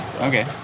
Okay